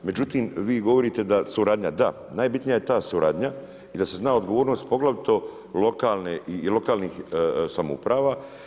Međutim vi govorite da suradnja, da, najbitnija je ta suradnja i da se zna odgovornost poglavito lokalnih samouprava.